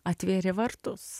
atvėrė vartus